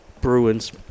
Bruins